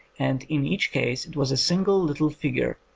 and in each case it was a single little figure,